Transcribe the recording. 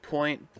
Point